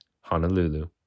Honolulu